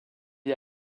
est